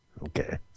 Okay